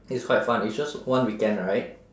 it's quite fun it's just one weekend right